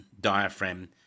diaphragm